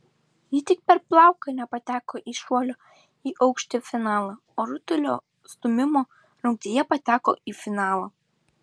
ji tik per plauką nepateko į šuolio į aukštį finalą o rutulio stūmimo rungtyje pateko į finalą